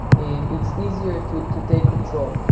and it's easier to to take control.